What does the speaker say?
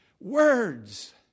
Words